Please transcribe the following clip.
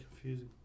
confusing